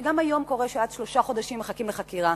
שגם היום קורה שעד שלושה חודשים מחכים לחקירה.